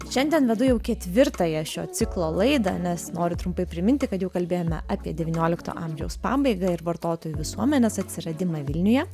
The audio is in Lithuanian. šiandien vedu jau ketvirtąją šio ciklo laidą nes noriu trumpai priminti kad jau kalbėjome apie devyniolikto amžiaus pabaigą ir vartotojų visuomenės atsiradimą vilniuje